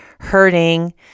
hurting